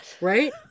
right